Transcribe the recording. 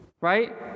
Right